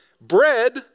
Bread